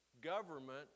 government